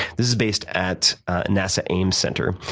this is based at nasa ames center.